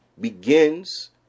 begins